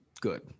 good